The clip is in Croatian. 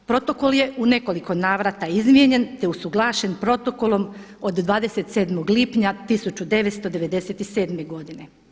Protokol je u nekoliko navrata izmijenjen, te usuglašen Protokolom od 27. lipnja 1997. godine.